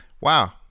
Wow